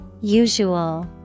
Usual